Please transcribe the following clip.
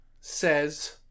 says